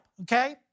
okay